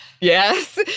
Yes